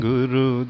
Guru